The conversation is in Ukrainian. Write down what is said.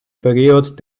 період